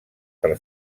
per